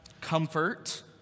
comfort